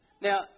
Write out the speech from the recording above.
Now